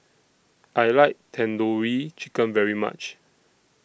I like Tandoori Chicken very much